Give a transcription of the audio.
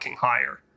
higher